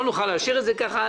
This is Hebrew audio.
לא נוכל לאשר את זה כך.